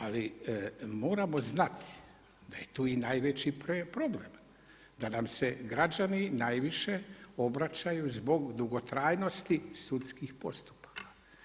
Ali moramo znati da je tu i najveći problem da nam se građani najviše obraćaju zbog dugotrajnosti sudskih postupaka.